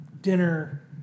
dinner